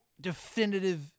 definitive